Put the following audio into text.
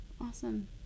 Awesome